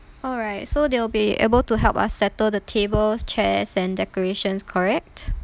alright so they'll be able to help us settle the tables chairs and decorations correct